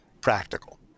practical